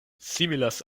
similas